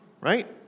right